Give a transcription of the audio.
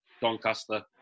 Doncaster